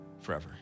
forever